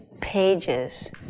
pages